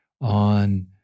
on